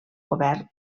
govern